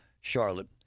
Charlotte